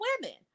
women